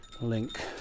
link